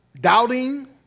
doubting